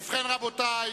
ובכן, רבותי,